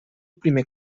primer